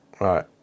Right